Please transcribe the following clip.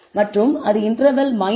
மற்றும் அது இன்டர்வல் 3